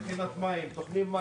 הרוצח היה נעצר תוך כמה שעות,